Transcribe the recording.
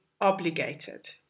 obligated